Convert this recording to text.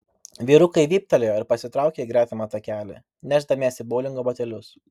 vyrukai vyptelėjo ir pasitraukė į gretimą takelį nešdamiesi boulingo batelius